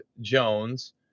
Jones